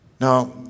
Now